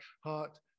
heart